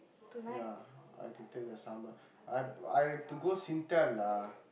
ya I had to take the sambra~ I I had to go Singtel lah